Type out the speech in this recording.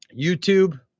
YouTube